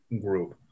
group